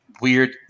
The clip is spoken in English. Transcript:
weird